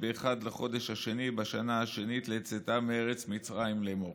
באחד לחדש השני בשנה השנית לצאתם מארץ מצרים לאמר".